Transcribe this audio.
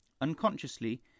unconsciously